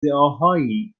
ادعاهایی